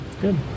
Good